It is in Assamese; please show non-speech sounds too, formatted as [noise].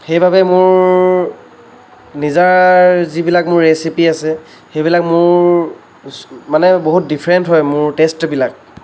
সেইবাবে মোৰ নিজা যিবিলাক মোৰ ৰেচিপি আছে সেইবিলাক মোৰ [unintelligible] মানে বহুত ডিফাৰেণ্ট হয় মোৰ টেষ্টবিলাক